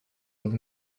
have